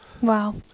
Wow